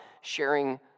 sharing